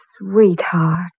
sweetheart